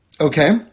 okay